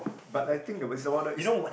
but I think the worst of all is